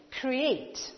create